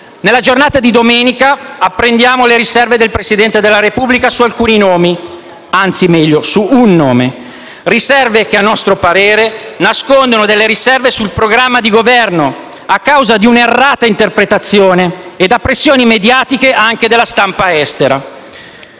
Nella giornata di domenica abbiamo appreso le riserve del Presidente della Repubblica su alcuni nomi, anzi, meglio, su un nome, riserve che, a nostro parere, nascondono delle riserve sul programma di Governo, a causa di una errata interpretazione e da pressioni mediatiche esercitate anche dalla stampa estera.